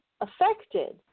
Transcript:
affected